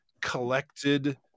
collected